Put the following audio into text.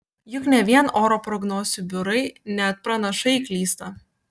juk ne vien oro prognozių biurai net pranašai klysta